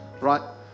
right